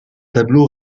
tableau